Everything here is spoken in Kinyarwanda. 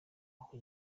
aho